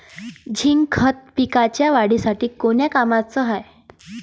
Zinc खत पिकाच्या वाढीसाठी कोन्या कामाचं हाये?